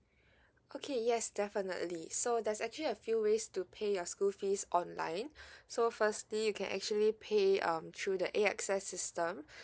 okay yes definitely so there's actually a few ways to pay your school fees online so firstly you can actually pay um through the A_X_S system